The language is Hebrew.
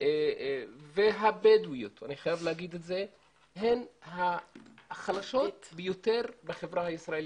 והבדוויות הן החלשות ביותר בחברה הישראלית.